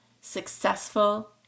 successful